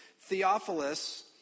Theophilus